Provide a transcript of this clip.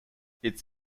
its